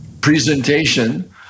presentation